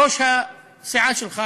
ראש הסיעה שלך,